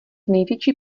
největší